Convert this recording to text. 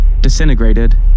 disintegrated